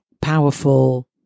powerful